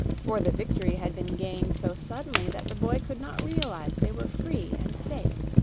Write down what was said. for the victory had been gained so suddenly that the boy could not realize they were free and safe.